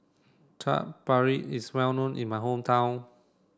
Chaat Papri is well known in my hometown